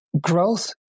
growth